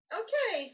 okay